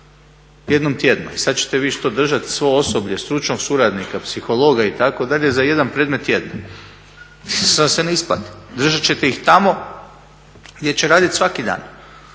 jednom tjedno. I sad ćete vi što? Držati svo osoblje, stručnog suradnika, psihologa itd. za jedan predmet tjedno? To vam se ne isplati. Držat ćete ih tamo gdje će raditi svaki dan